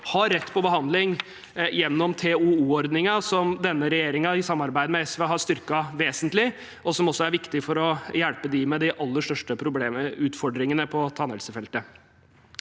har rett på behandling gjennom TOO-ordningen. Det er en ordning som denne regjeringen i samarbeid med SV har styrket vesentlig, og som også er viktig for å hjelpe dem med de aller største utfordringene på tannhelsefeltet.